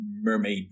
mermaid